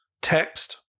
text